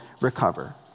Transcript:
recover